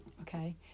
Okay